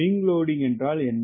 wing loading என்றால் என்ன